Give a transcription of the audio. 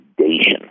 foundation